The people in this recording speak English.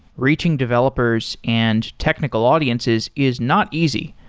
reaching developers and technical audiences is not easy,